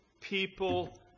people